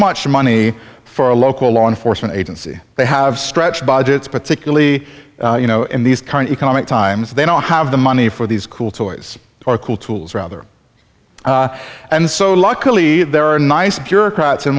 much money for a local law enforcement agency they have stretched budgets particularly you know in these current economic times they don't have the money for these cool toys or cool tools or other and so luckily there are nice bureaucrats in